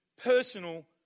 Personal